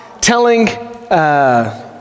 telling